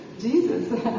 Jesus